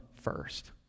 first